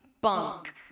bunk